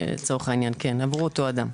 הברוטו אדם.